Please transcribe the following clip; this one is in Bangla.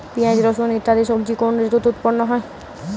পিঁয়াজ রসুন ইত্যাদি সবজি কোন ঋতুতে উৎপন্ন হয়?